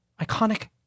iconic